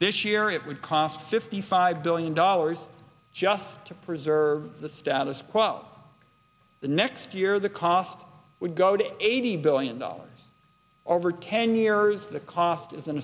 this year it would cost fifty five billion dollars just to preserve the status quo the next year the cost would go to eighty billion dollars over ten years the cost is an